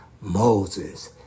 Moses